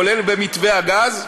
כולל במתווה הגז.